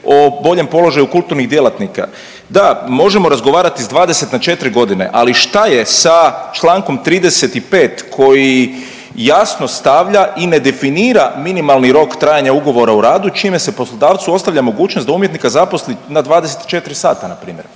o boljem položaju kulturnih djelatnika. Da, možemo razgovarati s 20 na četri godine, ali šta je sa čl. 35. koji jasno stavlja i ne definira minimalni rok trajanja ugovora o radu čime se poslodavcu ostavlja mogućnost da umjetnika zaposli na 24 sata na primjer,